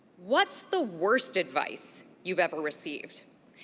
what's the worst advice you've ever received?